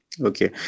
okay